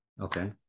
okay